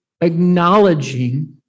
acknowledging